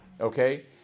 Okay